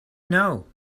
know